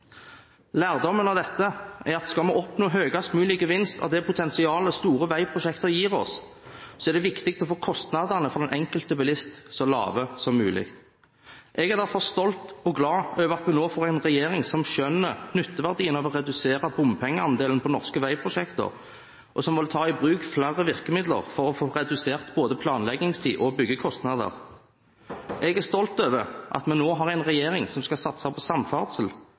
Lærdommen av dette er at skal vi oppnå høyest mulig gevinst av det potensialet store veiprosjekter gir oss, er det viktig å få kostnadene for den enkelte bilist så lave som mulig. Jeg er derfor stolt og glad over at vi nå får en regjering som skjønner nytteverdien av å redusere bompengeandelen på norske veiprosjekter, og så må man ta i bruk flere virkemidler for å få redusert både planleggingstid og byggekostnader. Jeg er stolt over at vi nå har en regjering som skal satse på samferdsel,